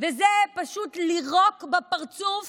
פשוט לירוק בפרצוף